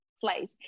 place